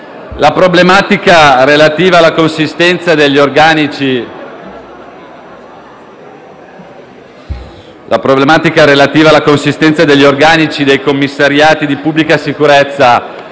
La problematica relativa alla consistenza degli organici dei commissariati di pubblica sicurezza